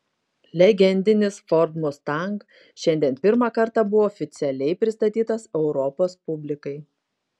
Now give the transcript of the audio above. legendinis ford mustang šiandien pirmą kartą buvo oficialiai pristatytas europos publikai